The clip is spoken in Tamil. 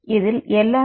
இதில் LRO 3 by 164